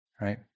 right